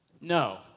No